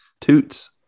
toots